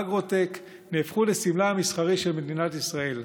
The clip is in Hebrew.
אגרוטק, נהפכו לסמלה המסחרי של מדינת ישראל.